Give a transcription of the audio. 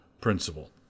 principle